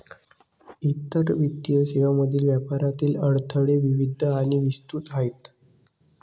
इतर वित्तीय सेवांमधील व्यापारातील अडथळे विविध आणि विस्तृत आहेत